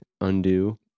undo